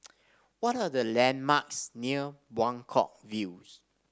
what are the landmarks near Buangkok Views